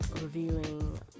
reviewing